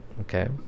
okay